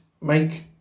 make